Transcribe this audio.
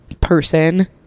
person